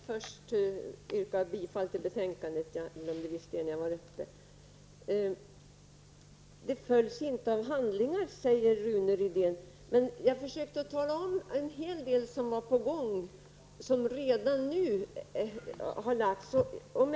Fru talman! Jag vill först yrka bifall till utskottets hemställan i betänkandet. Det glömde jag sist när jag hade ordet. Rune Rydén sade att orden inte följs av handlingar, men jag försökte att ange en hel del som är på gång och som redan nu har lagts fram förslag om.